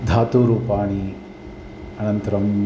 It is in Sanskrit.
धातुरूपाणि अनन्तरम्